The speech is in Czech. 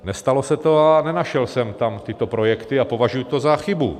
Nestalo se to a nenašel jsem tam tyto projekty a považuji to za chybu.